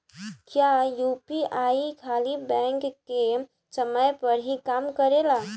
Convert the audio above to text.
क्या यू.पी.आई खाली बैंक के समय पर ही काम करेला?